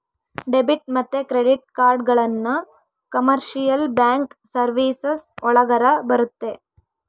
debit ಮತ್ತೆ credit ಕಾರ್ಡ್ಗಳನ್ನ commercial bank services ಒಳಗರ ಬರುತ್ತೆ